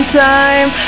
time